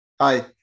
Hi